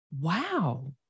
Wow